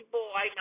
boy